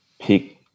pick